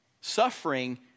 Suffering